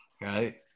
Right